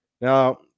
Now